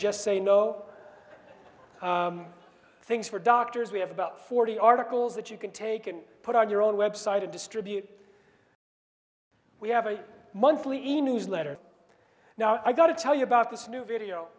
just say no thanks for doctors we have about forty articles that you can take and put on your own website to distribute we have a monthly e newsletter now i gotta tell you about this new video